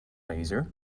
laser